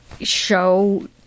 show